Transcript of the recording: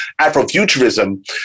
Afrofuturism